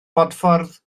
bodffordd